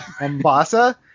mombasa